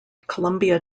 columbia